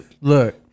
look